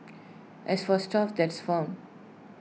as for stuff that's found